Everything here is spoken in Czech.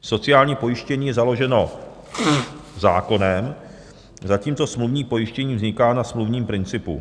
Sociální pojištění je založeno zákonem, zatímco smluvní pojištění vzniká na smluvním principu.